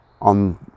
on